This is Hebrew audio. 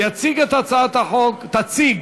תציג